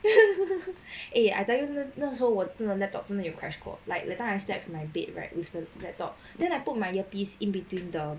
eh I tell you 那时候我真的 laptop 真的有 crash 过 like that time I step on my bed right with the laptop then I put my earpiece in between the